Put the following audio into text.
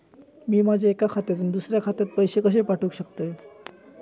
मी माझ्या एक्या खात्यासून दुसऱ्या खात्यात पैसे कशे पाठउक शकतय?